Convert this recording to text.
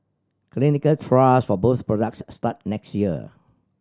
clinical trials for both products start next year